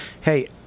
Hey